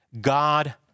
God